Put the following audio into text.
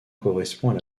correspond